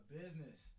business